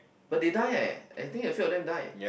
but they die eh I think a few of them died